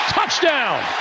Touchdown